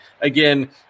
again